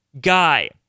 guy